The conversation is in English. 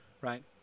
right